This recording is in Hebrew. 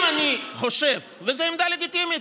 אם אני חושב, וזו עמדה לגיטימית,